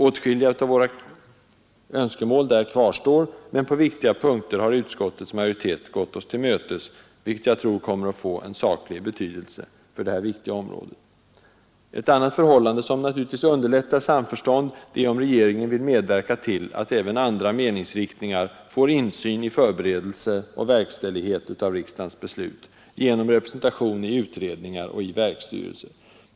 Åtskilliga av våra önskemål där kvarstår, men på viktiga punkter har utskottets majoritet gått oss till mötes, vilket jag tror kommer att få saklig betydelse för detta viktiga område. Ett annat förhållande som givetvis underlättar samförstånd är om regeringen vill medverka till att även andra meningsriktningar får insyn i förberedelser och verkställighet av riksdagens beslut, genom representation i utredningar och i verksstyrelser.